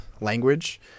language